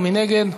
מי נגד?